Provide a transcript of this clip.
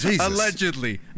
allegedly